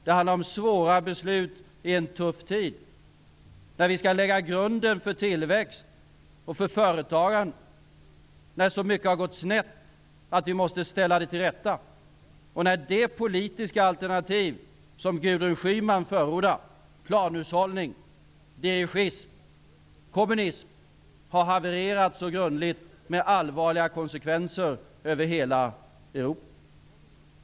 Det handlar om svåra beslut i en tuff tid när vi skall lägga grunden för tillväxt och företagande, när så mycket har gått snett att vi måste ställa det till rätta, och när det politiska alternativ som Gudrun Schyman förordar -- planhushållning, dirigism, kommunism -- har havererat så grundligt, med allvarliga konsekvenser över hela Europa.